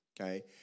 Okay